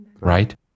right